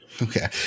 Okay